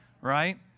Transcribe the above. Right